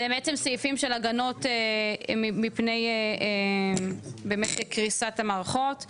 אלה הם סעיפים של הגנות מפני קריסת המערכות.